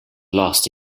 lost